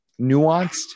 nuanced